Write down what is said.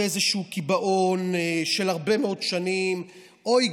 זה איזשהו קיבעון של הרבה מאוד שנים: אוי,